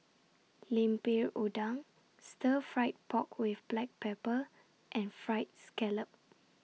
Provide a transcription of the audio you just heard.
Lemper Udang Stir Fried Pork with Black Pepper and Fried Scallop